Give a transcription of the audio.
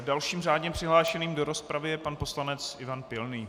Dalším řádně přihlášeným do rozpravy je pan poslanec Ivan Pilný.